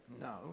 No